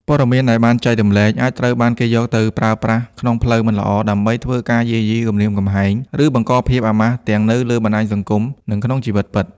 ព័ត៌មានដែលបានចែករំលែកអាចត្រូវបានគេយកទៅប្រើប្រាស់ក្នុងផ្លូវមិនល្អ ដើម្បីធ្វើការយាយី គំរាមកំហែង ឬបង្កភាពអាម៉ាស់ទាំងនៅលើបណ្តាញសង្គម និងក្នុងជីវិតពិត។